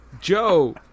Joe